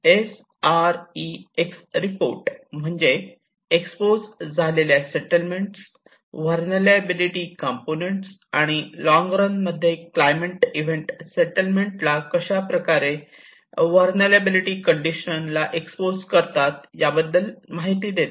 S R E X report म्हणजे expose झालेल्या settlement vulnerability component आणि लॉंग रणमध्ये क्लायमेट इव्हेंट सेटलमेंट ला कशाप्रकारे व्हलनेरलॅबीलीटी कंडिशनला एक्सपोज करतात याबद्दल माहिती देतो